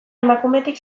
emakumetik